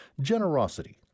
generosity